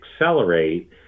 accelerate